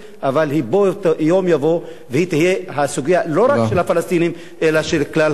אבל יום יבוא והיא תהיה הסוגיה לא רק של הפלסטינים אלא של כלל הערבים.